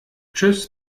tschüß